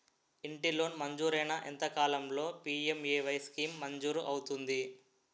ఇంటి లోన్ మంజూరైన ఎంత కాలంలో పి.ఎం.ఎ.వై స్కీమ్ మంజూరు అవుతుంది?